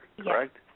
correct